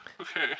Okay